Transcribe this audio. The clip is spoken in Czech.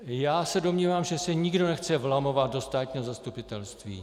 Já se domnívám, že se nikdo nechce vlamovat do státního zastupitelství.